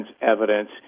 evidence